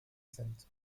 sind